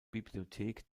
bibliothek